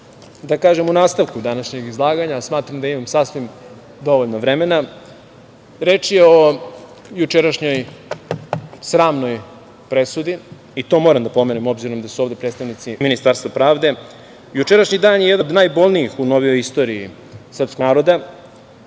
da kažem u nastavku današnjeg izlaganja, a smatram da imam sasvim dovoljno vremena, reč je o jučerašnjoj sramnoj presudi i to moram da pomenem obzirom da su ovde predstavnici Ministarstva pravde. Jučerašnji dan je jedan od najbolnijih u novijoj istoriji srpskog naroda.